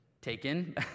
taken